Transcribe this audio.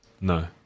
no